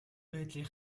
байдлыг